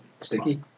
sticky